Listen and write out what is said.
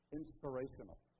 inspirational